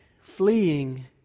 fleeing